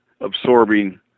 absorbing